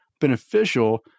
beneficial